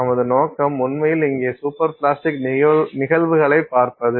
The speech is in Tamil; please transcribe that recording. நமது நோக்கம் உண்மையில் இங்கே சூப்பர் பிளாஸ்டிக் நிகழ்வுகளைப் பார்ப்பது